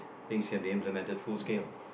things can be implemented full scale